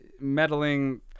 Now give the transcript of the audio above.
meddling